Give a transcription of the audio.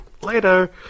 later